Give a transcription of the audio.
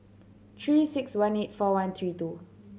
Three Six One eight four one three two